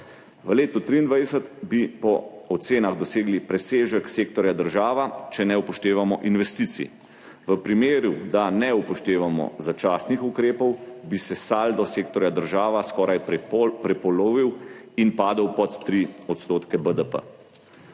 V letu 2023 bi po ocenah dosegli presežek sektorja država, če ne upoštevamo investicij. V primeru, da ne upoštevamo začasnih ukrepov, bi se saldo sektorja država skoraj prepolovil in padel pod 3 % BDP.